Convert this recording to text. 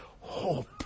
hope